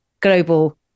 global